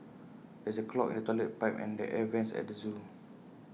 there is A clog in the Toilet Pipe and the air Vents at the Zoo